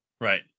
right